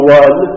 one